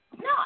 No